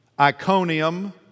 Iconium